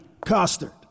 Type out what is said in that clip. Costard